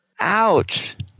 Ouch